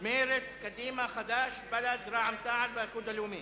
של קדימה וקבוצת האיחוד הלאומי,